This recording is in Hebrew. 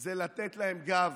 הוא שייתנו להם גב,